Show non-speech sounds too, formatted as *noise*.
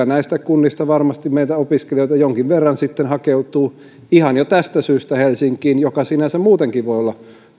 *unintelligible* näistä kunnista varmasti opiskelijoita jonkin verran hakeutuu ihan jo tästä syystä helsinkiin joka sinänsä muutenkin voi olla